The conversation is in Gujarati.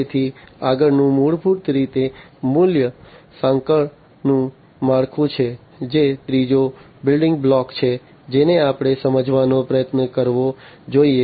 તેથી આગળનું મૂળભૂત રીતે મૂલ્ય સાંકળનું માળખું છે જે ત્રીજો બિલ્ડીંગ બ્લોક છે જેને આપણે સમજવાનો પ્રયત્ન કરવો જોઈએ